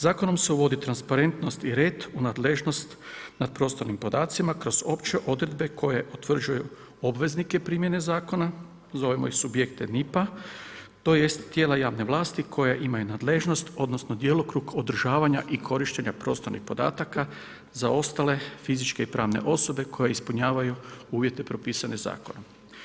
Zakon se uvodi transparentnost i red u nadležnost nad prostornim podacima kroz opće odredbe koje utvrđuju obveznike primjene zakona, zovemo ih subjekte … tj. tijela javne vlasti koje imaju nadležnost odnosno djelokrug održavanja i korištenja prostornih podataka za ostale fizičke i pravne osobe koje ispunjavaju uvjete propisane zakonom.